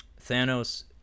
Thanos